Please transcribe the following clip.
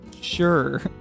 Sure